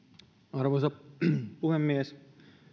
arvoisa puhemies